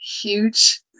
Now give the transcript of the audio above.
huge